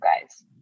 guys